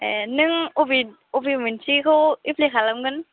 ए नों अबे अबे मोनसेखौ एप्लाय खालामगोन